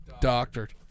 Doctored